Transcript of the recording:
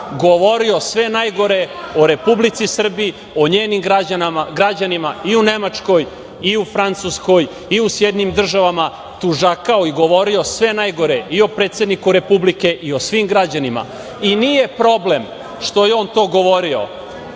govorio sve najgore o Republici Srbiji, o njenim građanima i u Nemačkoj i u Francuskoj i u SAD. Tužakao je i govorio sve najgore i o predsedniku Republike i o svim građanima. Nije problem što je on to govorio,